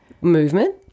Movement